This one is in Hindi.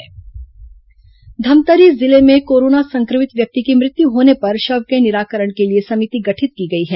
कोरोना मौत समिति गठित धमतरी जिले में कोरोना संक्रमित व्यक्ति की मृत्यु होने पर शव के निराकरण के लिए समिति गठित की गई है